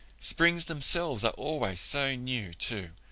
springs themselves are always so new, too.